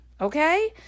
Okay